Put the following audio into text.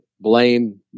Blame